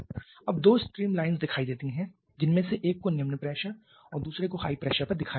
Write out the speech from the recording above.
अब दो stream lines दिखाई देती हैं जिनमें से एक को निम्न प्रेशर और दूसरे को हाई प्रेशर पर दिखाया जाता है